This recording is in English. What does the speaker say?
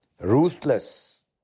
Ruthless